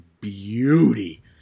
beauty